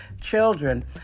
Children